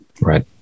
right